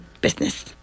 business